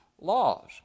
laws